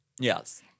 yes